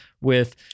with-